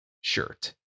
shirt